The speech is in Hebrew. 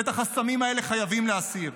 את החסמים האלה חייבים להסיר,